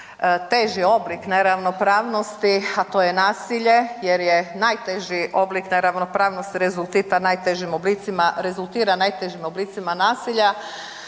najteži oblik neravnopravnosti a to je nasilje jer je najteži oblik neravnopravnosti rezultira najtežim oblicima nasilja